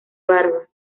barba